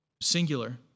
singular